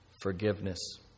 forgiveness